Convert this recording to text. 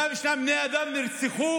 102 בני אדם נרצחו,